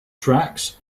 tracks